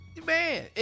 Man